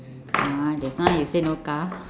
ah just now you say no car